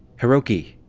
hiroki!